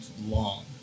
long